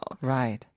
Right